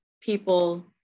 people